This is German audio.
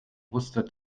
wusstet